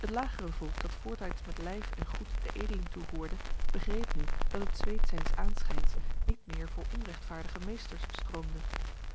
het lagere volk dat voortijds met lijf en goed de edelen toehoorde begreep nu dat het zweet zijns aanschijns niet meer voor onrechtvaardige meesters stroomde